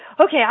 okay